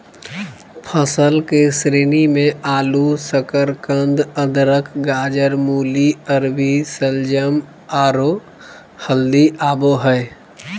फसल के श्रेणी मे आलू, शकरकंद, अदरक, गाजर, मूली, अरबी, शलजम, आरो हल्दी आबो हय